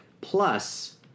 plus